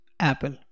Apple